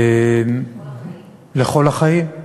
לכל החיים.